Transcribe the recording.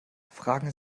fragen